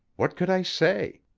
what could i say?